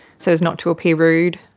so as not to appear rude.